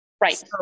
Right